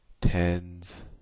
tens